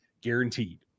guaranteed